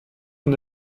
son